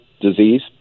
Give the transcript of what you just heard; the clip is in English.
disease